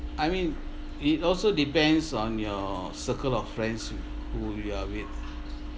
I mean it also depends on your circle of friends who who you are with